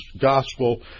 gospel